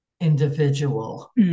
individual